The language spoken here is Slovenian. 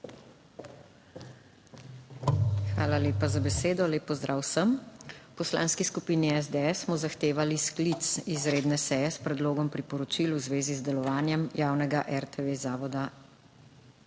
Hvala lepa za besedo. Lep pozdrav vsem. V Poslanski skupini SDS smo zahtevali sklic izredne seje s predlogom priporočil v zvezi z delovanjem javnega zavoda